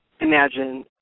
imagine